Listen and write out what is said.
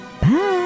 Bye